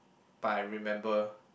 but I remember